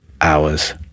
hours